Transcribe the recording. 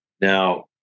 Now